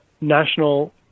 National